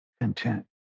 content